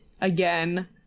again